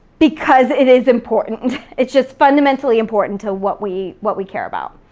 because it is important. it's just fundamentally important to what we what we care about.